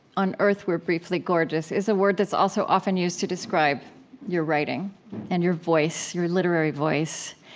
on earth we're briefly gorgeous, is a word that's also often used to describe your writing and your voice, your literary voice.